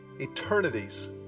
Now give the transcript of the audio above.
eternities